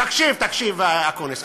תקשיב, תקשיב, אקוניס.